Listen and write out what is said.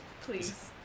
Please